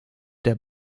der